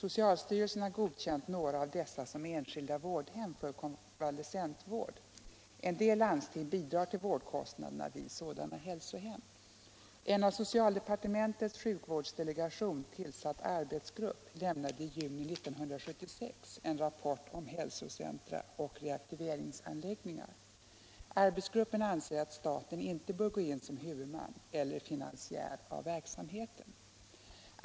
Socialstyrelsen har godkänt några av dessa som enskilda vårdhem för konvalescentvård. En del landsting bidrar till vårdkostnaderna vid sådana hälsohem. En av socialdepartementets sjukvårdsdelegation tillsatt arbetsgrupp lämnade i juni 1976 en rapport om hälsocentra och reaktiveringsanläggningar. Arbetsgruppen anser att staten inte bör gå in som huvudman eller finansiär av verksamheten.